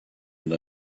and